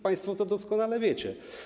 Państwo to doskonale wiecie.